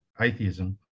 atheism